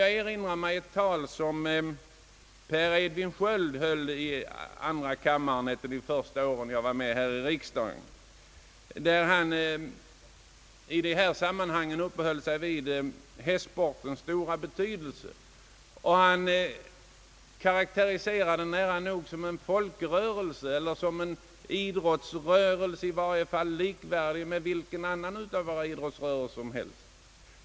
Jag erinrar mig ett tal som Per Edvin Sköld höll i andra kammaren ett av de första åren som jag var med i riksdagen, där han uppehöll sig vid hästsportens stora betydelse och karakteriserade den såsom nära nog en folkrörelse eller en idrottsrörelse, i varje fall som likvärdig med vilken idrottsgren som helst.